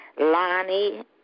Lonnie